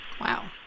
wow